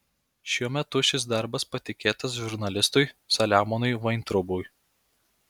šiuo metu šis darbas patikėtas žurnalistui saliamonui vaintraubui